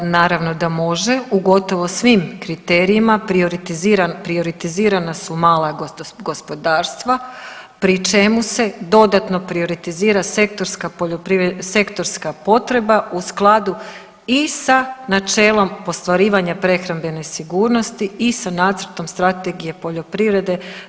Naravno da može u gotovo svim kriterijima prioritizirana su mala gospodarstva pri čemu se dodatno prioritizira sektorska potreba u skladu i sa načelom ostvarivanja prehrambene sigurnosti i sa nacrtom strategije poljoprivrede.